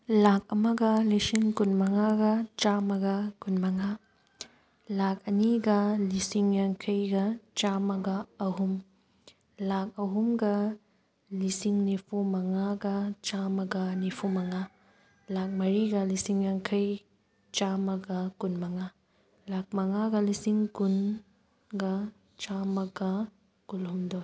ꯂꯥꯛ ꯑꯃꯒ ꯂꯤꯁꯤꯡ ꯀꯨꯟ ꯃꯉꯥꯒ ꯆꯥꯝꯃꯒ ꯀꯨꯟ ꯃꯉꯥ ꯂꯥꯛ ꯑꯅꯤꯒ ꯂꯤꯁꯤꯡ ꯌꯥꯡꯈꯩꯒ ꯆꯥꯝꯃꯒ ꯑꯍꯨꯝ ꯂꯥꯛ ꯑꯍꯨꯝꯒ ꯂꯤꯁꯤꯡ ꯅꯤꯐꯨ ꯃꯉꯥꯒ ꯆꯥꯝꯃꯒ ꯅꯤꯐꯨ ꯃꯉꯥ ꯂꯥꯛ ꯃꯔꯤꯒ ꯂꯤꯁꯤꯡ ꯌꯥꯡꯈꯩ ꯆꯥꯝꯃꯒ ꯀꯨꯟ ꯃꯉꯥ ꯂꯥꯛ ꯃꯉꯥꯒ ꯂꯤꯁꯤꯡ ꯀꯨꯟꯒ ꯆꯥꯝꯃꯒ ꯀꯨꯟꯍꯨꯝꯗꯣꯏ